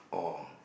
oh